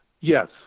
Yes